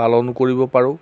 পালন কৰিব পাৰোঁ